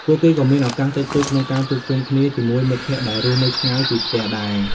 ពួកគេក៏មានឪកាសតិចតួចក្នុងការជួបជុំគ្នាជាមួយមិត្តភក្តិដែលរស់នៅឆ្ងាយពីផ្ទះដែរ។